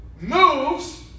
moves